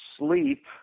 Sleep